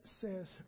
says